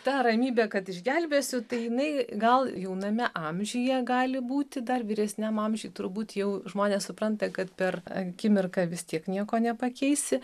ta ramybė kad išgelbėsiu tai jinai gal jauname amžiuje gali būti dar vyresniam amžiuj turbūt jau žmonės supranta kad per akimirką vis tiek nieko nepakeisi